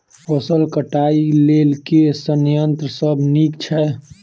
फसल कटाई लेल केँ संयंत्र सब नीक छै?